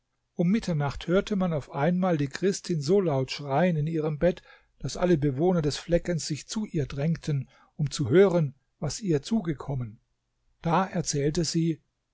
um mitternacht hörte man auf einmal die christin so laut schreien in ihrem bett daß alle bewohner des fleckens sich zu ihr drängten um zu hören was ihr zugekommen da erzählte sie